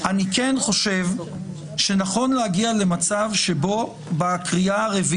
אדוני היושב-ראש -- אנחנו רוצים לשמוע מה יש לה להגיד בלי שתפריע לה.